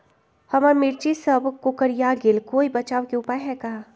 हमर मिर्ची सब कोकररिया गेल कोई बचाव के उपाय है का?